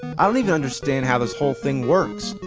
i don't even understand how this whole thing works.